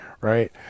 right